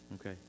Okay